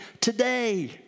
today